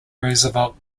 roosevelt